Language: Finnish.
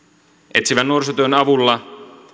etsivän nuorisotyön avulla